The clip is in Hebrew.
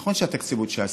נכון שהתקציב הוא ל-2019,